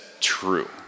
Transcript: true